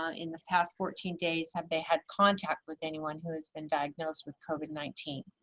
ah in the past fourteen days, have they had contact with anyone who has been diagnosed with covid nineteen?